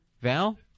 Val